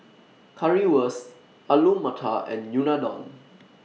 Currywurst Alu Matar and Unadon